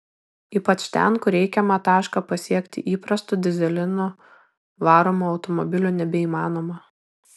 ypač ten kur reikiamą tašką pasiekti įprastu dyzelinu varomu automobiliu nebeįmanoma